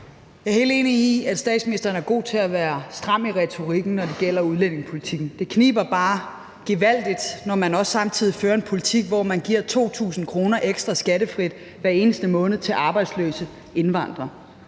Jeg er helt enig i, at statsministeren er god til at være stram i retorikken, når det gælder udlændingepolitikken. Det kniber bare gevaldigt, når man også samtidig fører en politik, hvor man giver 2.000 kr. ekstra skattefrit hver eneste måned til arbejdsløse indvandrere.